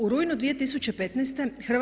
U rujnu 2015.